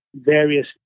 various